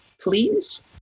please